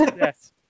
yes